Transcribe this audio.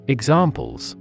Examples